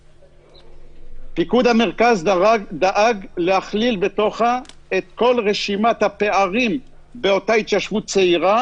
פיקוד המרכז דאג לכלול בתוכה את כל רשימת הפערים באותה התיישבות צעירה